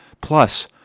Plus